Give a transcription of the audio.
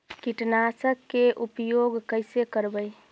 कीटनाशक के उपयोग कैसे करबइ?